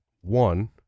One